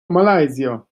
malaysia